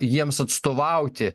jiems atstovauti